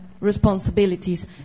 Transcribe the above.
responsibilities